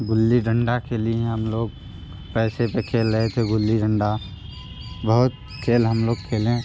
गुल्ली डंडा के लिए हम लोग पैसे पर खेल रहे थे गुल्ली डंडा बहुत खेल हम लोग खेलें